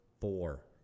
four